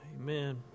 Amen